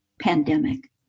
pandemic